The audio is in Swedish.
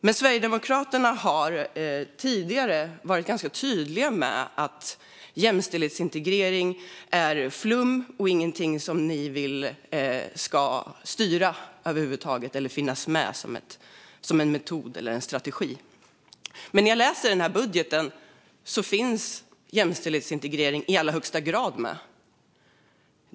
Men Sverigedemokraterna har tidigare varit ganska tydliga med att jämställdhetsintegrering är flum och ingenting som de över huvud taget vill ska styra eller finnas med som en metod eller strategi. När jag läser den här budgeten finns jämställdhetsintegrering ändå i allra högsta grad med.